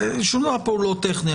שום דבר פה הוא לא טכני,